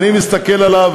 אני מסתכל עליו,